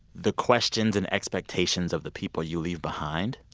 the questions and expectations of the people you leave behind.